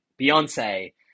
Beyonce